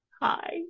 Hi